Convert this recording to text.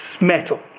metal